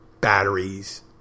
batteries